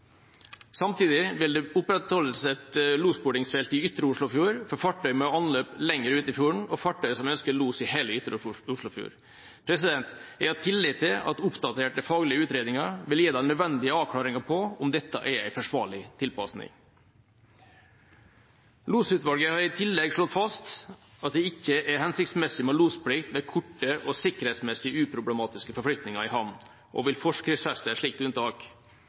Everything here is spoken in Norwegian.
Samtidig vil det opprettholdes et losbordingsfelt i ytre Oslofjord for fartøy med anløp lenger ut i fjorden og fartøy som ønsker los i hele ytre Oslofjord. Jeg har tillit til at oppdaterte faglige utredninger vil gi de nødvendige avklaringer på om dette er en forsvarlig tilpasning. Losutvalget har i tillegg slått fast at det ikke er hensiktsmessig med losplikt ved korte og sikkerhetsmessig uproblematiske forflytninger i havn, og vil forskriftsfeste et slikt unntak.